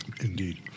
Indeed